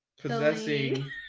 Possessing